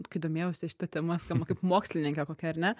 kai domėjausi šita tema skamba kaip mokslininkė kokia ar ne